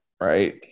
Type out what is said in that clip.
right